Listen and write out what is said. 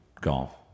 golf